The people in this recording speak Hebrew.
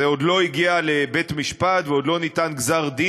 זה עוד לא הגיע לבית-משפט ועוד לא ניתן גזר-דין,